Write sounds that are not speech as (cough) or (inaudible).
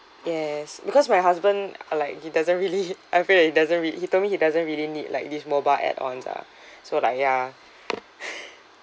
yes because my husband like he doesn't really (laughs) I'm afraid that he doesn't really he told me he doesn't really need like these mobile add-ons ah so like ya (laughs)